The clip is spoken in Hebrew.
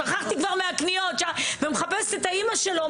שכחתי את הקניות ומחפשת את האימא שלו,